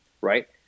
Right